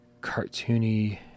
Cartoony